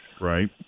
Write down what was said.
Right